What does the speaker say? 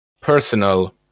personal